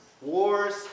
wars